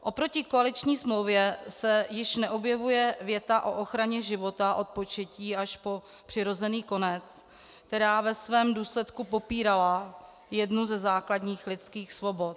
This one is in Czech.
Oproti koaliční smlouvě se již neobjevuje věta o ochraně života od početí až po přirozený konec, která ve svém důsledku popírala jednu ze základních lidských svobod.